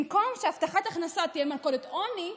במקום שהבטחת הכנסה תהיה מלכודת עוני,